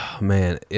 Man